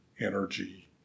energy